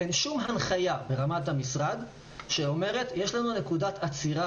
אין שום הנחיה ברמת המשרד שאומרת: יש לנו נקודת עצירה